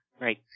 right